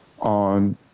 on